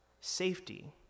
safety